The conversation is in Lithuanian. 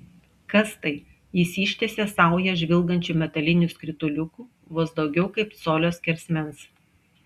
kas tai jis ištiesė saują žvilgančių metalinių skrituliukų vos daugiau kaip colio skersmens